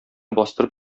бастырып